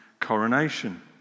coronation